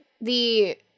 the-